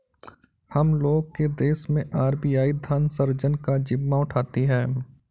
हम लोग के देश मैं आर.बी.आई धन सृजन का जिम्मा उठाती है